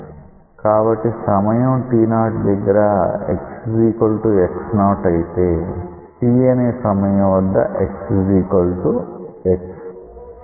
కాబట్టి సమయం t0 దగ్గర xx0 అయితే t అనే సమయం వద్ద xx